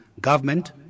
government